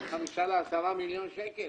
בין חמישה לעשרה מיליון שקלים,